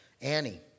Annie